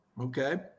Okay